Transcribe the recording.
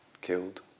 killed